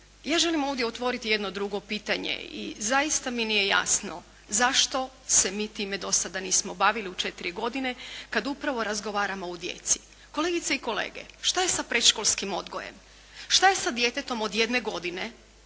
ja želim ovdje otvoriti jedno drugo pitanje i zaista mi nije jasno zašto se mi time do sada nismo bavili u 4 godine kad upravo razgovaramo o djeci. Kolegice i kolege, šta je sa predškolskim odgojem? Šta je sa djetetom od jedne godine